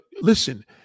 Listen